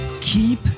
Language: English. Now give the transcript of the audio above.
keep